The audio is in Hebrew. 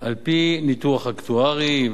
על-פי ניתוח אקטוארי.